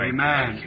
Amen